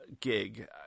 gig